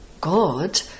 God